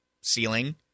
ceiling